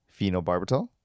phenobarbital